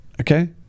okay